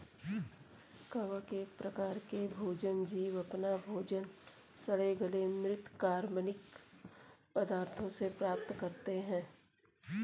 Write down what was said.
कवक एक प्रकार के जीव अपना भोजन सड़े गले म्रृत कार्बनिक पदार्थों से प्राप्त करते हैं